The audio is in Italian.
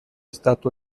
stato